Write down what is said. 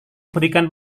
berikan